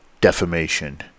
defamation